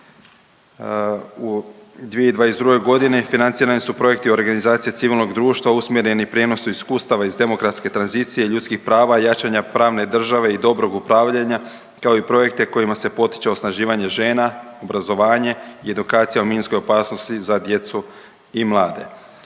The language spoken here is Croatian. U 2022. godini financirani su projekti organizacija civilnog društva usmjereni prijenosu iskustava iz demokratske tranzicije, ljudskih prava i jačanja pravne države i dobrog upravljanja kao i projekte kojima se potiče osnaživanje žena, obrazovanje i edukacija o minskoj opasnosti za djecu i mlade.